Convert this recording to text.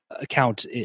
account